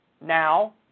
now